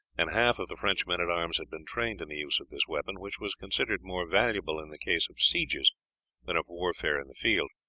and half of the french men-at-arms had been trained in the use of this weapon, which was considered more valuable in the case of sieges than of warfare in the field.